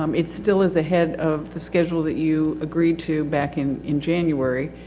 um it still is ahead of the schedule that you agreed to back in, in january.